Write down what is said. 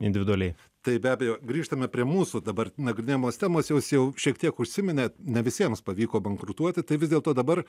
individualiai tai be abejo grįžtame prie mūsų dabar nagrinėjamos temos jūs jau šiek tiek užsiminėte ne visiems pavyko bankrutuoti tai vis dėlto dabar